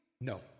No